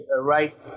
right